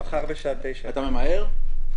אתה ממהר?